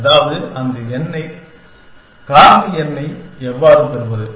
அதாவது அந்த எண்ணை காரணி N ஐ எவ்வாறு பெறுவது